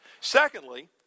Secondly